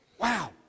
Wow